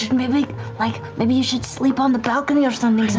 maybe like maybe you should sleep on the balcony or something, so